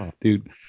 dude